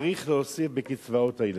צריך להוסיף בקצבאות הילדים.